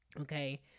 Okay